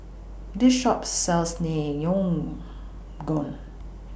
This Shop sells